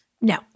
No